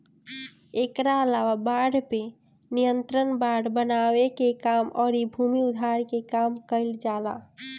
एकरा अलावा बाढ़ पे नियंत्रण, बांध बनावे के काम अउरी भूमि उद्धार के काम कईल जाला